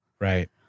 Right